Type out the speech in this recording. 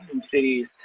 cities